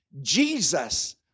Jesus